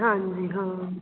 ਹਾਂਜੀ ਹਾਂ